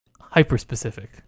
hyper-specific